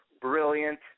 brilliant